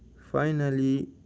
finally,